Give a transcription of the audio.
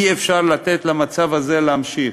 אי-אפשר לתת למצב הזה להימשך.